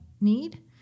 need